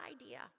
idea